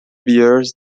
bears